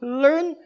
learn